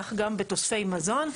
כך גם בתוספי מזון,